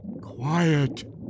Quiet